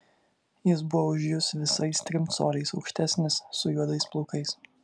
jis buvo už jus visais trim coliais aukštesnis su juodais plaukais